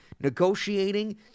negotiating